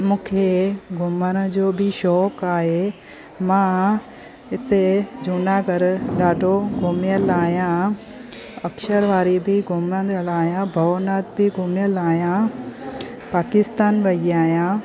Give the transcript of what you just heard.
मूंखे घुमण जो बि शौक़ु आहे मां हिते जूनागढ़ ॾाढो घुमियलु आहियां अक्षरवारी बि घुमियलु आयां भवनाथ बि घुमियलु आहियां पाकिस्तान वई आहियां